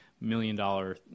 million-dollar